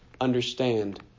understand